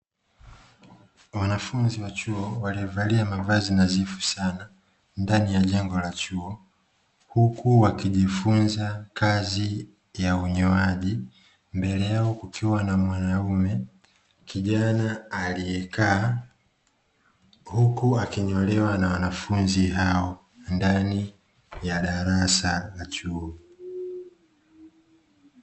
Wanafunzi wa chuo waliovalia mavazi nadhifu sana ndani ya jengo la chuo huku wakijifunza kazi ya unyoaji, mbele yao kukiwa na mwanaume kijana aliyekaa huku akinyolewa na wanafunzi hao ndani ya darasa la chuo.